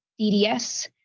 DDS